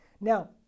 Now